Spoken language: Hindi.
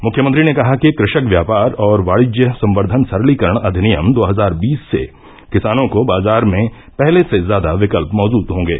मुख्यमंत्री ने कहा कि कृषक व्यापार और वाणिज्य संक्धन सरलीकरण अधिनियम दो हजार बीस से किसानों को बाजार में पहले से ज्यादा विकल्प उपलब्ध होंगे